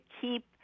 keep